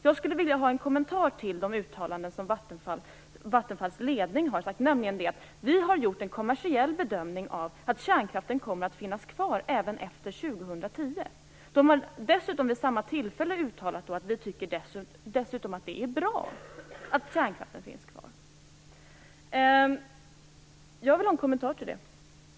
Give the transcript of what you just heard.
Jag skulle vilja ha en kommentar till de uttalanden som Vattenfalls ledning har gjort, nämligen: Vi har gjort en kommersiell bedömning av att kärnkraften kommer att finnas kvar även efter år 2010. Den har dessutom vid samma tillfälle uttalat: Vi tycker dessutom att det är bra att kärnkraften finns kvar. Jag vill verkligen ha en kommentar till det.